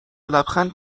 لبخند